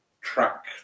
track